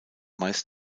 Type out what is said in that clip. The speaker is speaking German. meist